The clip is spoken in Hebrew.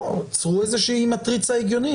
צרו איזושהי מטריצה הגיונית.